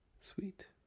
Sweet